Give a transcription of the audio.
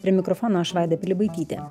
prie mikrofono aš vaida pilibaitytė